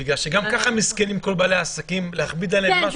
גם ככה מסכנים בעלי העסקים, להכביד עליהם?